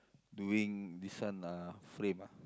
doing need this one uh frame ah